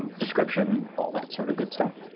um description, all that sort of good stuff.